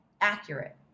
accurate